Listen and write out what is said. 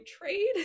trade